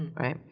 right?